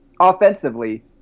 offensively